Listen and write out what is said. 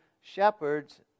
shepherds